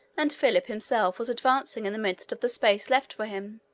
and philip himself was advancing in the midst of the space left for him,